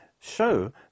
Show